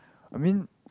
I mean